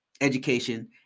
education